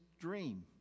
dream